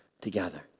together